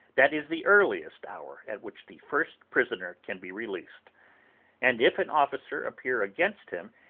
that is the earliest hour at which the first prisoner can be released and if an officer appear against him,